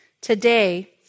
Today